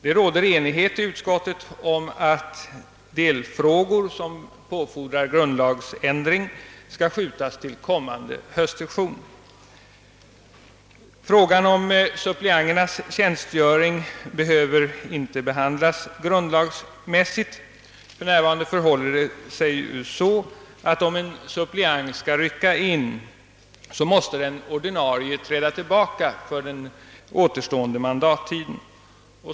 Det råder enighet i utskottet om att de frågor som påfordrar grundlagsändring skall skjutas till kommande höstsession. Frågan om suppleanternas tjänstgöring behöver dock inte behandlas grundlagsmässigt. För närvarande förhåller det sig så att om en suppleant skall rycka in, så måste den ordinarie träda tillbaka för den återstående mandattiden,.